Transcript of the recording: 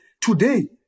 today